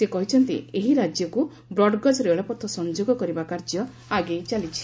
ସେ କହିଛନ୍ତି ଏହି ରାଜ୍ୟକୁ ବ୍ରଡ୍ଗଜ୍ ରେଳପଥ ସଂଯୋଗ କରିବା କାର୍ଯ୍ୟ ଆଗେଇ ଚାଲିଛି